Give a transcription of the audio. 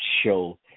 show